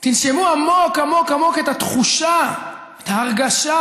תנשמו עמוק עמוק עמוק את התחושה, את ההרגשה